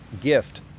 gift